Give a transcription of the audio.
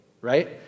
right